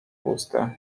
puste